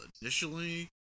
initially